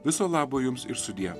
viso labo jums ir sudie